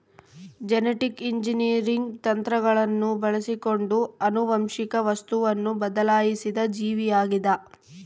genetic engineering ತಂತ್ರಗಳನ್ನು ಬಳಸಿಕೊಂಡು ಆನುವಂಶಿಕ ವಸ್ತುವನ್ನು ಬದಲಾಯಿಸಿದ ಜೀವಿಯಾಗಿದ